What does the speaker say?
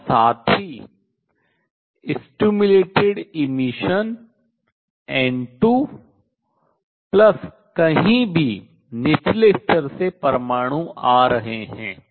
और साथ ही उद्दीपित उत्सर्जन N2 प्लस कहीं भी निचले स्तर से परमाणु आ रहे हैं